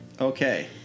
Okay